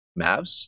Mavs